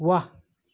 वाह